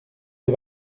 des